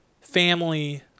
family